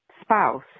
spouse